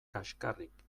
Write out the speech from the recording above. kaxkarrik